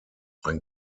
ein